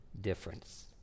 difference